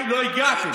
זה לא בוועדת הכספים.